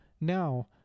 Now